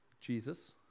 Jesus